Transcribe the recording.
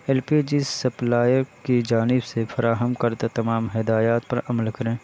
L P G supplier کی جانب سے فراہم کردہ تمام ہدایات پر عمل کریں